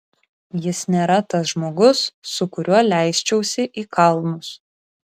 jis nėra tas žmogus su kuriuo leisčiausi į kalnus